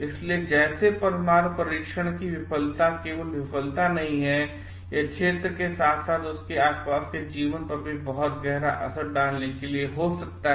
इसलिए जैसे परमाणु परीक्षण की विफलता केवल विफलता नहीं है यह क्षेत्र के साथ साथ उसके आस पास के जीवन पर भी बहुत गहरा असर डालने के लिए हो सकता है